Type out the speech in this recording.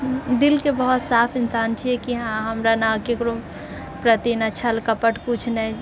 दिलके बहुत साफ इन्सान छियै कि हाँ हमरा ने केकरो प्रति ने छल कपट किछु नहि